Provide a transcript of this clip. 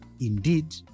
indeed